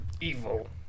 evil